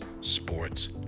Sports